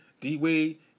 D-Wade